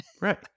Right